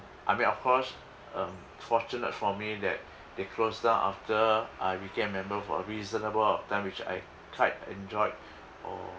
I mean of course um fortunate for me that they closed after I became a member for a reasonable of time which I quite enjoyed or